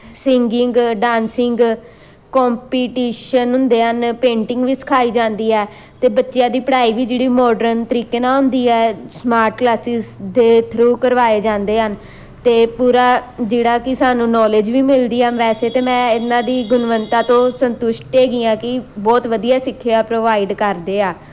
singing dancing competition ਹੁੰਦੇ ਹਨ painting ਵੀ ਸਿਖਾਈ ਜਾਂਦੀ ਹੈ ਅਤੇ ਬੱਚਿਆਂ ਦੀ ਪੜ੍ਹਾਈ ਵੀ ਜਿਹੜੀ ਮੋਡਰਨ ਤਰੀਕੇ ਨਾਲ ਹੁੰਦੀ ਹੈ ਸਮਾਰਟ ਕਲਾਸਿਸ ਦੇ ਥਰੂ ਕਰਵਾਏ ਜਾਂਦੇ ਹਨ ਅਤੇ ਪੂਰਾ ਜਿਹੜਾ ਕਿ ਸਾਨੂੰ ਨੌਲੇਜ ਵੀ ਮਿਲਦੀ ਹੈ ਵੈਸੇ ਤਾਂ ਮੈਂ ਇਹਨਾਂ ਦੀ ਗੁਣਵੱਤਾ ਤੋਂ ਸੰਤੁਸ਼ਟ ਹੈਗੀ ਹਾਂ ਕਿ ਬਹੁਤ ਵਧੀਆ ਸਿੱਖਿਆ ਪ੍ਰੋਵਾਈਡ ਕਰਦੇ ਆ